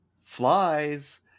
flies